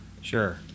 Sure